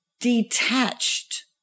detached